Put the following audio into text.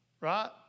Right